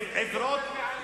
עיוורות,